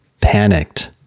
panicked